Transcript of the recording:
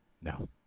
No